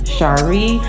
Shari